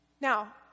Now